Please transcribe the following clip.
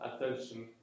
attention